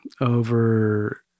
over